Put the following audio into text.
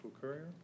Courier